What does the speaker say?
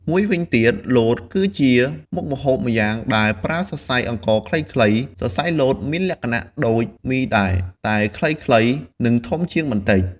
មួយវិញទៀត លត គឺជាមុខម្ហូបម្យ៉ាងដែលប្រើសរសៃអង្ករខ្លីៗ សរសៃលតមានលក្ខណៈដូច មីដែរ តែខ្លីៗ និងធំជាងបន្តិច។